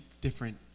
different